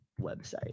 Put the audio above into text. website